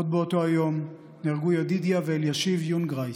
עוד באותו יום נהרגו ידידיה ואלישיב יונגרייז,